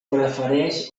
prefereix